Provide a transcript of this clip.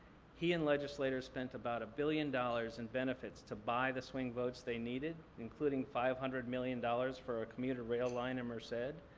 he and legislators spent about a billion dollars in benefits to buy the swing votes they needed, including five hundred million dollars for a commuter rail line in merced.